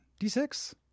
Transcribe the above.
D6